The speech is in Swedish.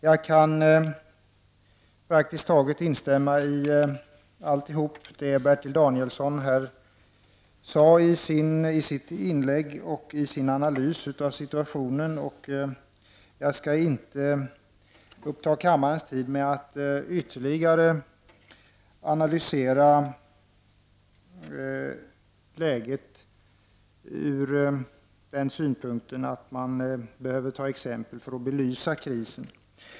Jag kan praktiskt taget instämma i allt vad Bertil Danielsson här sade i sitt anförande och i sin analys av situationen, och jag skall inte uppta kammarens tid med att ytterligare analysera läget genom att ta upp exempel för att belysa krisen.